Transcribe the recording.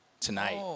tonight